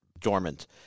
dormant